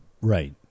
Right